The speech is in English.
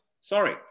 sorry